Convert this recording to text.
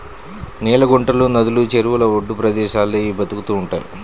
నీళ్ళ గుంటలు, నదులు, చెరువుల ఒడ్డు ప్రదేశాల్లో ఇవి బతుకుతూ ఉంటయ్